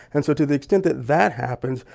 and so to the extent that that happens,